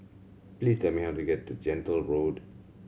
please tell me how to get to Gentle Road